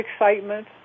excitement